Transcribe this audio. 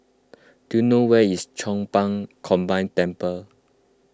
do you know where is Chong Pang Combined Temple